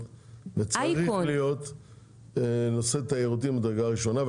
וצריך להיות נושא תיירותי מדרגה ראשונה,